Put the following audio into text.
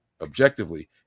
objectively